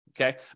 Okay